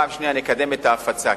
בשני נקדם את ההפצה.